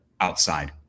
outside